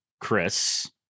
Chris